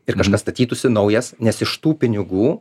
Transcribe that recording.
ir kažkas statytųsi naujas nes iš tų pinigų